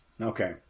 Okay